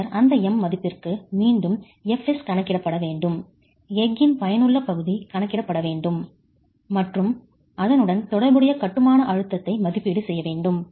பின்னர் அந்த M' மதிப்பிற்கு மீண்டும் fs கணக்கிடப்பட வேண்டும் எஃகின் பயனுள்ள பகுதி கணக்கிடப்பட வேண்டும் மற்றும் அதனுடன் தொடர்புடைய கட்டுமான அழுத்தத்தை மதிப்பீடு செய்ய வேண்டும்